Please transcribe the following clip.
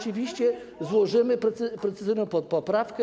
Złożymy precyzyjną poprawkę.